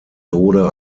tode